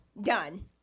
Done